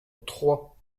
trois